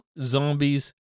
zombies